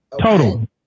Total